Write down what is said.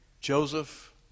Joseph